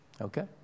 Okay